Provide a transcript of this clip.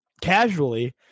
casually